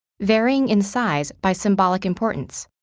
varying in size by symbolic importance.